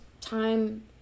time